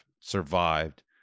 survived